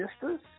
sisters